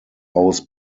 owes